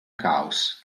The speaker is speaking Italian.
caos